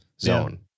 zone